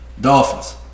Dolphins